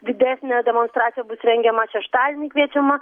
didesnė demonstracija bus rengiama šeštadienį kviečiama